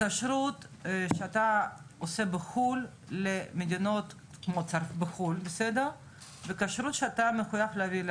הכשרות שאתה עושה בחו"ל למדינות בחו"ל והכשרות שאתה מחויב להביא לארץ,